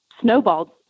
snowballed